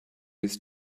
his